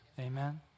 Amen